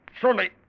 Surely